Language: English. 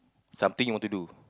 something you want to do